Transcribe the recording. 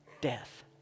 death